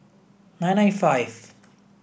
nine nine five